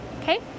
Okay